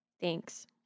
Thanks